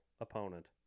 opponent